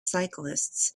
cyclists